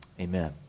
amen